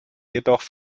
jedoch